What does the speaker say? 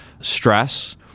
stress